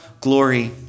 glory